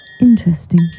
Interesting